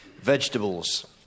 Vegetables